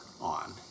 on